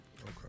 Okay